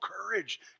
courage